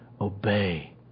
obey